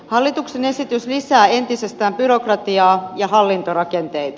hallituksen esitys lisää entisestään byrokratiaa ja hallintorakenteita